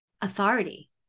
authority